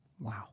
Wow